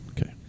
Okay